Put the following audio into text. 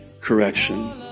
correction